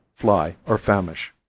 fly or famish.